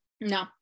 No